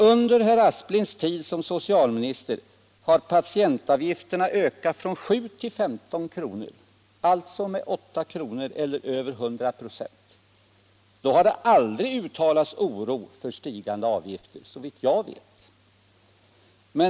Under herr Asplings tid som socialminister har patientavgifterna ökat från 7 till 15 kr., alltså med 8 kr. eller över 100 926, men då har det aldrig uttalats oro för stigande avgifter, såvitt jag vet.